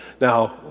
Now